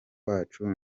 wacu